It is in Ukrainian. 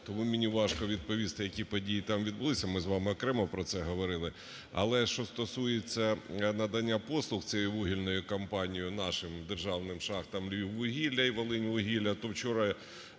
тому мені важко відповісти, які події там відбулися. Ми з вами окремо про це говорили. Але що стосується надання послуг цією вугільною компанією нашим державним шахтам "Львіввугілля" і "Волиньвугілля", то вчора